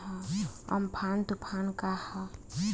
Amphan तुफान का ह?